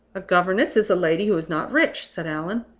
a governess is a lady who is not rich, said allan,